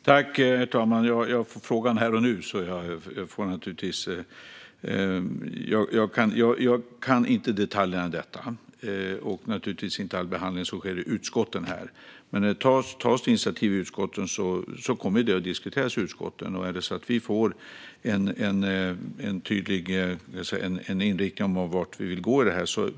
Herr talman! Jag får frågan här och nu, och jag kan inte detaljerna. Naturligtvis känner jag inte heller till all behandling som sker i utskotten. Initiativ som tas i utskotten kommer att diskuteras i utskotten. Regeringen kan få en tydlig inriktning om vart ni vill gå i frågan.